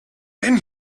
then